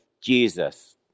Jesus